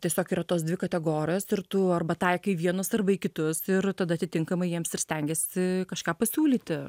tiesiog yra tos dvi kategorijos ir tu arba taikai į vienus arba į kitus ir tada atitinkamai jiems ir stengiesi kažką pasiūlyti